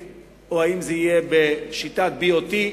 אם זה יהיה דרך קרן המטבע הבין-לאומית או בשיטת BOT,